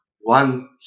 One